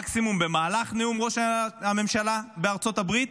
מקסימום במהלך נאום ראש הממשלה בארצות הברית,